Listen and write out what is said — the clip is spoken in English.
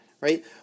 right